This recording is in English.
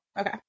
Okay